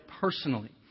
personally